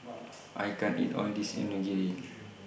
I can't eat All of This Onigiri